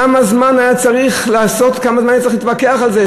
כמה זמן היה צריך לעשות וכמה זמן היה צריך להתווכח על זה.